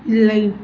இல்லை